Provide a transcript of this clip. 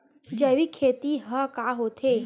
जैविक खेती ह का होथे?